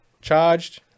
charged